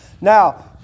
Now